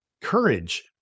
courage